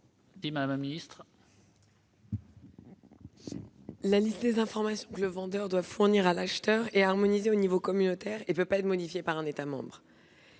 La liste des informations que le vendeur a l'obligation de fournir à l'acheteur étant harmonisée au niveau communautaire, elle ne peut être modifiée par un État membre.